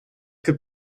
could